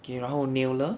K 然后 naylor